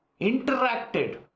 interacted